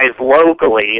locally